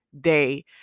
day